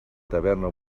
taverna